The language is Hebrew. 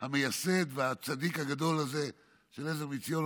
המייסד והצדיק הגדול הזה של עזר מציון,